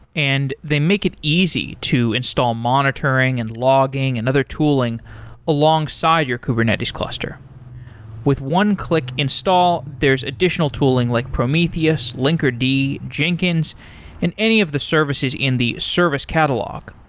and they make it easy to install monitoring and logging and other tooling alongside your kubernetes cluster with one-click install, there's additional tooling like prometheus, linkerd, jenkins and any of the services in the service catalog.